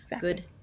Good